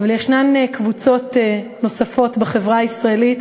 אבל יש קבוצות נוספות בחברה הישראלית,